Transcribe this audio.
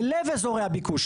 בלב אזורי הביקוש.